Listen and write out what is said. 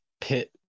pit